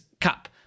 Cup